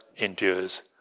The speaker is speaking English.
endures